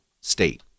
state